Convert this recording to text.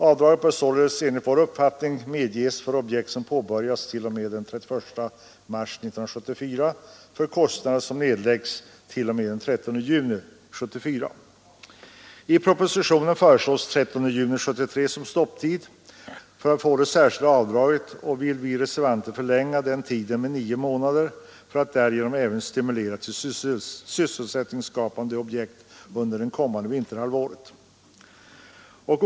Avdraget bör således enligt vår uppfattning medges för objekt som påbörjas t.o.m. den 31 mars 1974 för kostnader som nedläggs t.o.m. den 30 juni 1974. I propositionen föreslås den 30 juni 1973 som stopptid för att få det särskilda avdraget, men vi reservanter vill förlänga denna tid med nio månader för att därigenom även stimulera till sysselsättningsskapande objekt under det kommande vinterhalvåret.